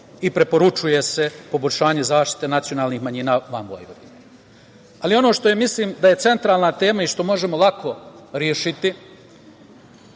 i preporučuje se poboljšanje zaštite nacionalnih manjina van Vojvodine. Ono što mislim da je centralna tema i što možemo lako rešiti,